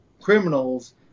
criminals